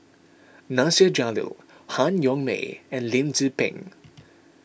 Nasir Jalil Han Yong May and Lim Tze Peng